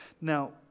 Now